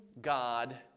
God